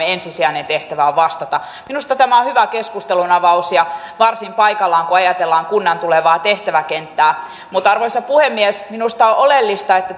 ensisijaisesti koulujärjestelmämme tehtävä on vastata minusta tämä on hyvä keskustelunavaus ja varsin paikallaan kun ajatellaan kunnan tulevaa tehtäväkenttää mutta arvoisa puhemies minusta on oleellista että